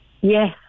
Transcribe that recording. Yes